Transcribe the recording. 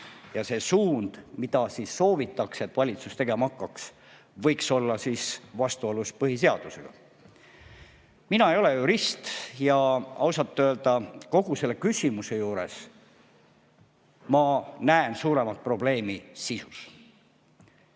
ja see suund, mida soovitakse, et valitsus tegema hakkaks, võiks olla vastuolus põhiseadusega. Mina ei ole jurist ja ausalt öelda kogu selle küsimuse juures ma näen suuremat probleemi sisus.